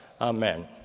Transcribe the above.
Amen